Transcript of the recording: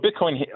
bitcoin